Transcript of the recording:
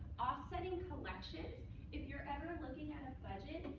offsetting collections if you're ever looking at and budget,